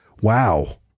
Wow